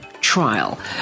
trial